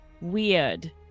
Weird